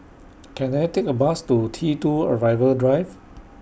Can I Take A Bus to T two Arrival Drive